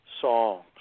songs